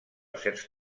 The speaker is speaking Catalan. certs